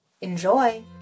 Enjoy